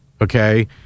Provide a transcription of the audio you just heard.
okay